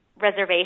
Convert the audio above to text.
reservation